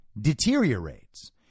deteriorates